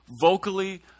vocally